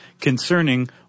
concerning